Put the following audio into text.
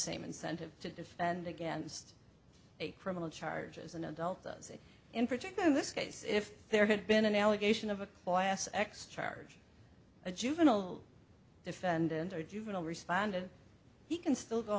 same incentive to defend against a criminal charge as an adult does it in particular in this case if there had been an allegation of a class x charge a juvenile defendant or juvenile responded he can still go